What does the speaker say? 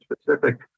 specific